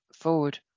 forward